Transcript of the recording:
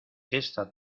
esta